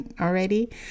already